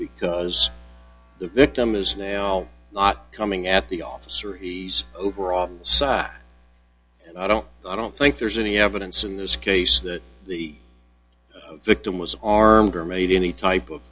because the victim is now not coming at the officer he's overall size and i don't i don't think there's any evidence in this case that the victim was armed or made any type of